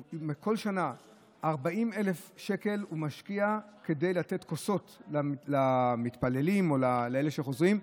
בכל שנה הוא משקיע 40,000 שקל כדי לתת כוסות למתפללים או לאלה שחוזרים,